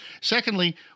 Secondly